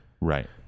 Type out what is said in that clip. right